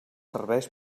serveis